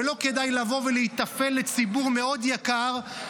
ולא כדאי לבוא ולהיטפל לציבור מאוד יקר,